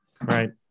Right